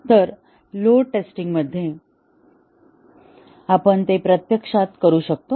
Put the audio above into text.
तर लोड टेस्टिंगमध्ये आपण ते प्रत्यक्षात करू शकतो